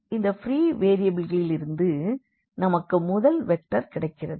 இந்த ப்ரீ வேரியபிள்களிலிருந்து நமக்கு முதல் வெக்டர் கிடைக்கிறது